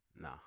Nah